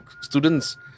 students